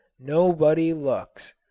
nobody looks.